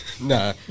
Nah